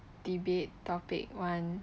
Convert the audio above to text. debate topic one